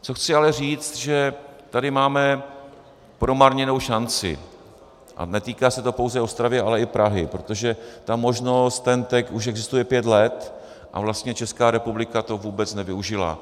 Co chci ale říct, že tady máme promarněnou šanci, a netýká se to pouze Ostravy, ale i Prahy, protože možnost TENT už existuje pět let a vlastně Česká republika to vůbec nevyužila.